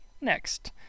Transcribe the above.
next